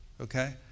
Okay